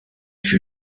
fut